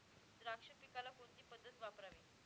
द्राक्ष पिकाला कोणती पद्धत वापरावी?